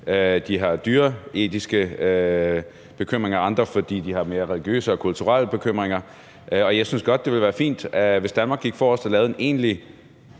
de har dyreetiske bekymringer, og andre fordi de har mere religiøse og kulturelle bekymringer, og jeg synes, det ville være fint, hvis Danmark gik forrest og lavede en egentlig